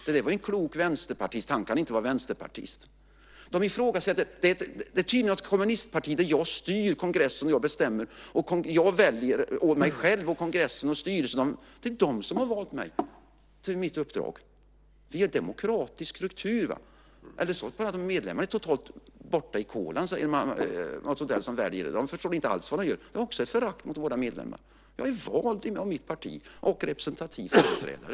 Det där var en klok vänsterpartist - han kan inte vara vänsterpartist! Det är tydligen ett kommunistparti där jag styr kongressen och bestämmer, och jag väljer mig själv, kongressen och styrelsen. Det är de som har valt mig till mitt uppdrag. Vi har en demokratisk struktur. Medlemmarna är totalt borta i kolan som väljer, säger Mats Odell - de förstår inte alls vad de gör. Det är också ett förakt mot våra medlemmar. Jag är vald av mitt parti och en representativ företrädare.